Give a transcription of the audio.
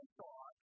thought